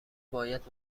باید